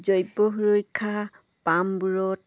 জৈৱ সুৰক্ষা পামবোৰত